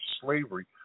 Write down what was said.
slavery